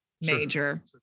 major